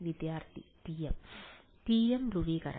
വിദ്യാർത്ഥി TM TM ധ്രുവീകരണം